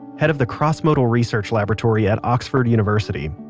head of the crossmodal research laboratory at oxford university.